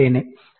ಆದ್ದರಿಂದ 0